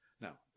Now